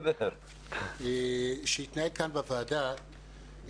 שהתנהל כאן בוועדה,